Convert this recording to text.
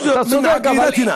(אומר בערבית: חלק מהאמונה שלנו.) אתה צודק,